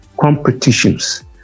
competitions